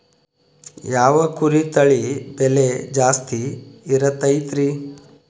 ಯಾವ ಕುರಿ ತಳಿ ಬೆಲೆ ಜಾಸ್ತಿ ಇರತೈತ್ರಿ?